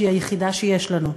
שהיא היחידה שיש לנו.